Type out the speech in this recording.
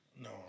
No